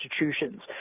institutions